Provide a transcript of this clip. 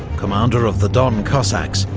commander of the don cossacks,